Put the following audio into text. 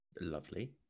Lovely